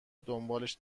دنبالش